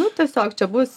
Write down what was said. nu tiesiog čia bus